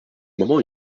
moment